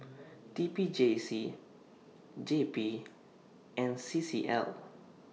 T P J C J P and C C L